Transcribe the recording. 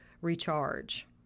recharge